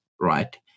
right